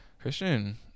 Christian